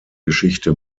geschichte